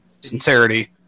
sincerity